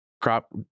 crop